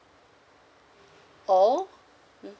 or